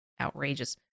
outrageous